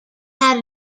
had